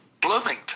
Bloomington